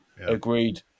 Agreed